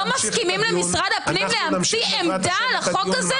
מסכימים למשרד הפנים להמציא עמדה על החוק הזה?